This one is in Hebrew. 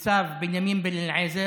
את צו שחל ואת צו בנימין בן אליעזר,